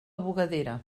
bugadera